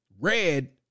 Red